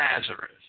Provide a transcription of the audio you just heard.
Nazareth